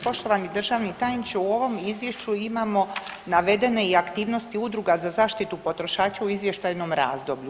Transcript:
Poštovani državni tajniče u ovom izvješću imamo navedene aktivnosti udruga za zaštitu potrošača u izvještajnom razdoblju.